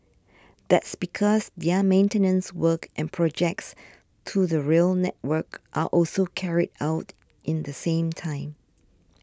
that's because the are maintenance works and projects to the rail network are also carried out in the same time